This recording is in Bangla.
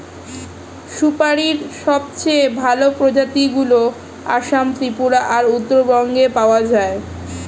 সুপারীর সবচেয়ে ভালো প্রজাতিগুলো আসাম, ত্রিপুরা আর উত্তরবঙ্গে পাওয়া যায়